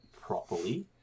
properly